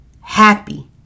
happy